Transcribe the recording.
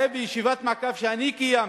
הרי בישיבת מעקב שאני קיימתי,